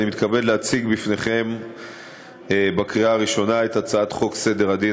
אני מתכבד להציג בפניכם לקריאה ראשונה את הצעת חוק סדר הדין